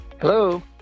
Hello